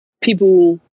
people